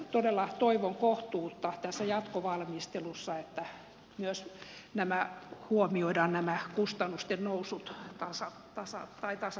todella toivon kohtuutta tässä jatkovalmistelussa että myös nämä kustannusten nousut tasataan